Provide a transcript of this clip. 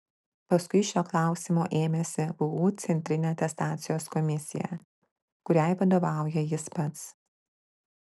paskui šio klausimo ėmėsi vu centrinė atestacijos komisija kuriai vadovauja jis pats